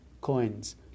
coins